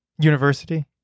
University